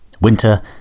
winter